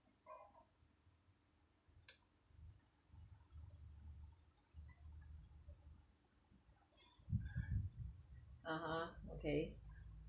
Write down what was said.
(uh huh) okay